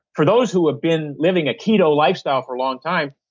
for those who have been living a keto lifestyle for a long time,